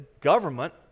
Government